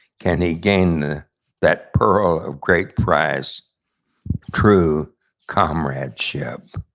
can he gain that pearl of great price true comradeship.